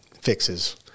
fixes